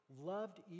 loved